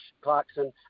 Clarkson